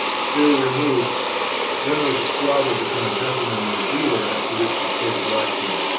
they were removed then there was a squabble between the gentleman and the dealer as to which should pay the blacksmith.